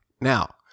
Now